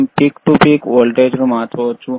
మనం peak peak voltage మార్చవచ్చు